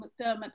McDermott